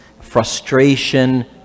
frustration